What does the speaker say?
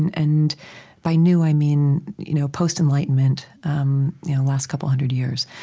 and and by new, i mean you know post-enlightenment, um the last couple hundred years,